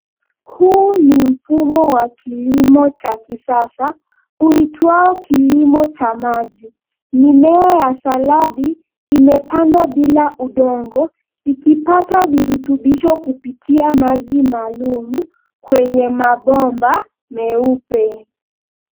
Huu ni mfumo wa kilimo cha kisasa, uitwao mfumo wa maji. Mmiea ya saladi imepandwa bila udongo, ikipata virutubisho kupitia maji maalum kwenye mabomba, meupe.